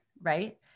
right